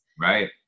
right